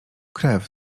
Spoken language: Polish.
krew